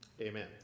Amen